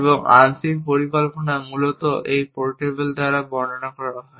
এবং আংশিক পরিকল্পনা মূলত এই পোর্টেবল দ্বারা বর্ণনা করা হয়